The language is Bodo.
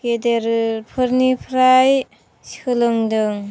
गेदेरफोरनिफ्राय सोलोंदों